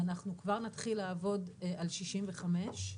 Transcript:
ואנחנו כבר נתחיל לעבוד על 65,